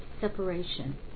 separation